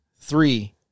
three